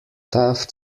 taft